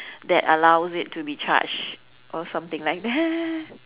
that allows it to be charged or something like that